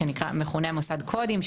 מכונה מוסד קודים,